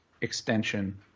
extension